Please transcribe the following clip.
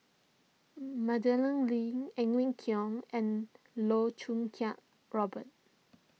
Madeleine Lee Edwin Koek and Loh Choo Kiat Robert